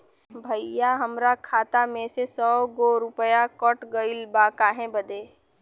भईया हमरे खाता मे से सौ गो रूपया कट गइल बा काहे बदे?